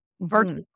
virtual